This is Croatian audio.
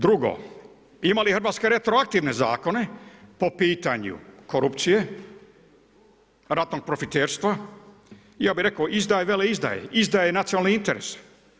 Drugo, ima li Hrvatska retroaktivne zakone po pitanju korupcije, ratnog profiterstva, ja bih rekao izdaje i veleizdaje, izdaje nacionalnih interesa?